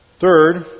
Third